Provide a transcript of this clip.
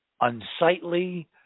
unsightly